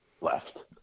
left